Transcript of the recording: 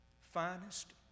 finest